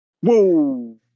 Whoa